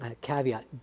Caveat